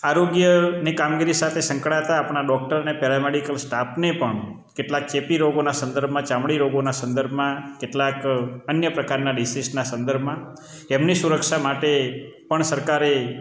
આરોગ્યની કામગીરી સાથે સંકળાતા આપણા ડોક્ટરને પેરમેડિકલ સ્ટાફને પણ કેટલા ચેપી રોગોના સંદર્ભમાં ચામડી રોગોના સંદર્ભમાં કેટલાક અન્ય પ્રકારના ડિસિસના સંદર્ભમાં એમની સુરક્ષા માટે પણ સરકારે